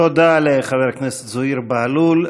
תודה לחבר הכנסת זוהיר בהלול.